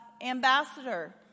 ambassador